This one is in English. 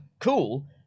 cool